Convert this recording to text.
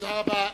תודה רבה.